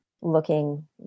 looking